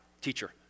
teacher